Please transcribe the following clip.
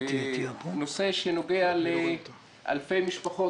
בנושא שנוגע לאלפי משפחות,